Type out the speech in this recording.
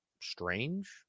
strange